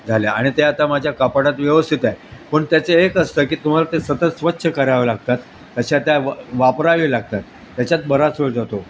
झाल्या आणि ते आता माझ्या कपाटात व्यवस्थित आहे पण त्याचे एक असतं की तुम्हाला ते सतत स्वच्छ करावे लागतात अशा त्या वापरावे लागतात त्याच्यात बराच वेळ जातो